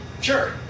sure